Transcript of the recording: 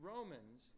Romans